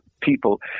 people